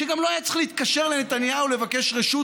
שגם לא היה צריך להתקשר לנתניהו לבקש רשות,